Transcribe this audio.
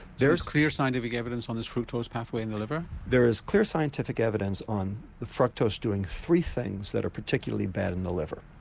there's clear scientific evidence on this fructose pathway in the liver? there's clear scientific evidence on the fructose doing three things that are particularly bad in the liver.